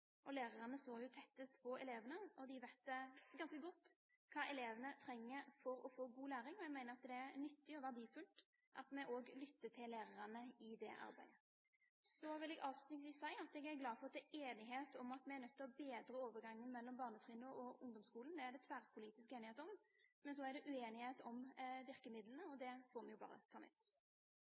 Lærerne står tettest på elevene, og de vet ganske godt hva elevene trenger for å få god læring. Jeg mener at det er nyttig og verdifullt at vi også lytter til lærerne i det arbeidet. Jeg vil avslutningsvis si at jeg er glad for at det er enighet om at vi er nødt til å bedre overgangen mellom barnetrinnet og ungdomsskolen. Det er det tverrpolitisk enighet om. Men så er det uenighet om virkemidlene, og det får vi bare ta med